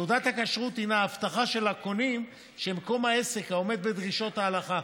תעודת הכשרות הינה ההבטחה לקונים שמקום העסק עומד בדרישות ההלכה,